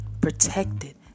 protected